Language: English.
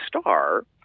Star